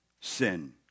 sin